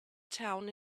town